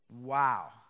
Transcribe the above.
Wow